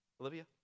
Olivia